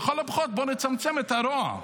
לכל הפחות בוא נצמצם את הרוע,